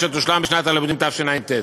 אשר תושלם בשנת הלימודים התשע"ט.